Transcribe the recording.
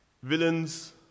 Villains